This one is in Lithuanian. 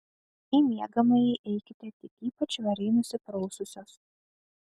į miegamąjį eikite tik ypač švariai nusipraususios